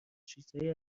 چیزهایی